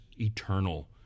eternal